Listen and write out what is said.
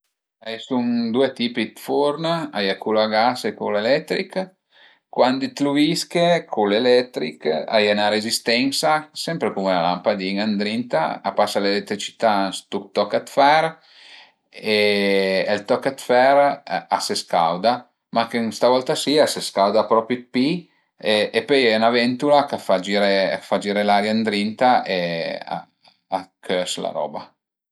A i sun due tipi dë furn, a ie cul a gas e cul eletrich. Cuandi t'lu vische cul eletrich a ie 'na rezistensa, sempre cume la lampadin-a ëndrinta, a pasa l'eletricità ën stu toch dë fer e ël toch dë fer a së scauda, mach che sta volta si a së scauda propi dë pi e pöi a ie ìna ventula ch'a fa giré a fa giré l'aria ëndrinta e a cös la roba